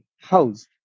house